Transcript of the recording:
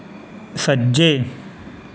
सज्जे